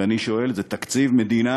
ואני שואל: זה תקציב מדינה